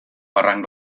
barranc